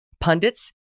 pundits